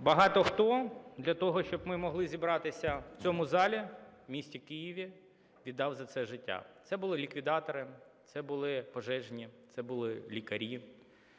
Багато хто для того, щоб ми могли зібратися в цьому залі в місті Києві, віддав за це життя. Це були ліквідатори, це були пожежні, це були лікарі.